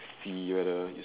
figure the